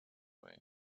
way